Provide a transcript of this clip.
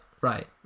right